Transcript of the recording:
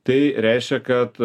tai reiškia kad